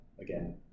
again